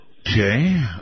Okay